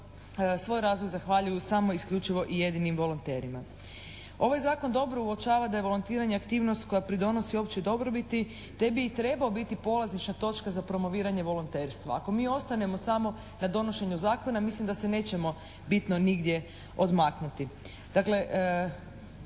svoj razvoj zahvaljuju samo isključivo i jedinim volonterima. Ovaj Zakon dobro uočava da je volontiranje aktivnost koja pridonosi općoj dobrobiti te bi i trebao biti polazišna točka za promoviranje volonterstva. Ako mi ostanemo samo na donošenju zakona mislim da se nećemo bitno nigdje odmaknuti.